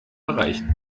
erreichen